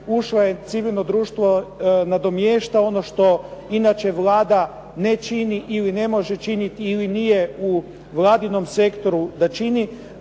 ušlo je civilno društvo nadomješta ono što inače Vlada ne čini ili ne može činiti, ili nije u Vladinom sektoru da čini.